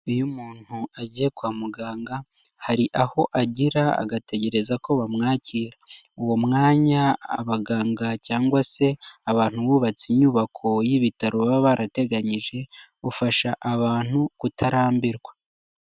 Iyo umuntu agiye kwa muganga, hari aho agira agategereza ko bamwakira. Uwo mwanya abaganga cyangwa se abantu bubatse inyubako y'ibitaro baba barateganyije, ufasha abantu kutarambirwa.